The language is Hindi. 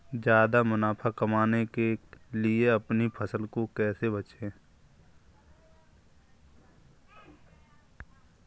ज्यादा मुनाफा कमाने के लिए अपनी फसल को कैसे बेचें?